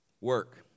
Work